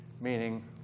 meaning